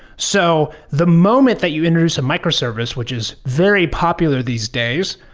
so the moment that you introduce a microservice, which is very popular these days,